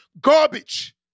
garbage